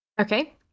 okay